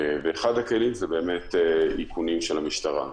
ואחד הכלים זה איכונים של המשטרה.